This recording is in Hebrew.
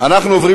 נתקבלה.